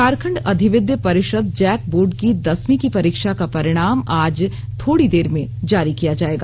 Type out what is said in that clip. झारखंड अधिविद्य परिषद JAC board की दसवीं की परीक्षा का परिणाम आज थोडी देर में जारी किया जायेगा